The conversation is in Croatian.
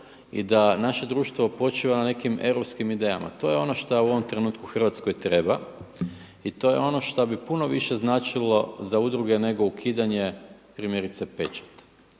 i da naše društvo počiva na nekim europskim idejama. I to je ono što u ovom trenutku Hrvatskoj treba i to je ono što bi puno više značilo za udruge neko ukidanje primjerice pečata.